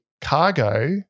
cargo